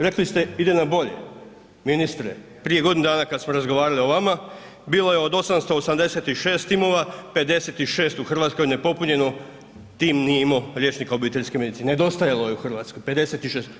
Rekli ste ide na bolje, ministre prije godinu dana kada smo razgovarali o vama bilo je od 886 timova 56 u Hrvatskoj nepopunjeno, tim nije imao liječnika obiteljske medicine, nedostajalo je u Hrvatskoj 56.